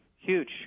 Huge